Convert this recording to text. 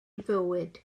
fywyd